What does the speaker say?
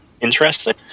Interesting